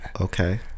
Okay